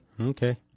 okay